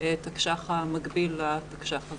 בתקש"ח המקביל לתקש"ח הזה.